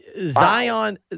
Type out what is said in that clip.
Zion